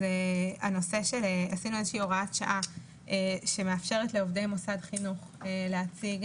עשינו איזושהי הוראת שעה שמאפשרת לעובדי מוסד חינוך להציג